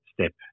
step